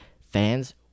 fans